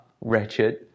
wretched